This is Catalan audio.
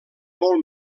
molt